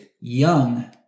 young